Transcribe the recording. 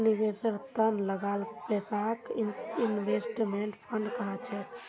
निवेशेर त न लगाल पैसाक इन्वेस्टमेंट फण्ड कह छेक